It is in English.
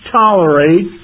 tolerate